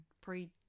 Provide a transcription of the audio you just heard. pre